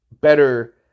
better